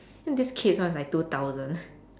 and this kids one's was like two thousand